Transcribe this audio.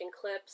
clips